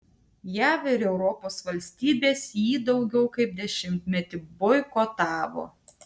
jav ir europos valstybės jį daugiau kaip dešimtmetį boikotavo